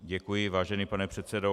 Děkuji, vážený pane předsedo.